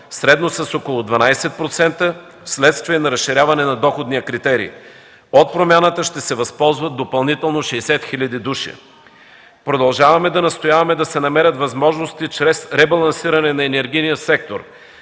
средно с около 12% вследствие на разширяване на доходния критерий. От промяната ще се възползват допълнително 60 хил. души. Продължаваме да настояваме да се намерят възможности чрез ребалансиране на енергийния сектор